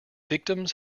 victims